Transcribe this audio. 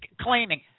claiming